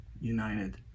United